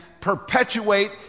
perpetuate